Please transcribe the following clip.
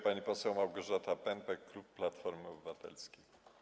Pani poseł Małgorzata Pępek, klub Platformy Obywatelskiej.